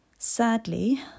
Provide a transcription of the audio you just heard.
Sadly